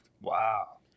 Wow